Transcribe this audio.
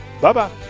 Bye-bye